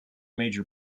major